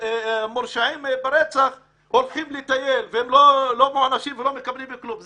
שמורשעים ברצח הולכים לטייל והם לא נענשים ולא מקבלים כלום.